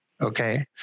Okay